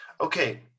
Okay